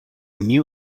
new